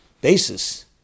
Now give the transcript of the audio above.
basis